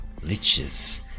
Liches